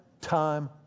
Time